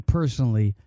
personally